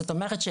זאת אומרת,